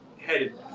headed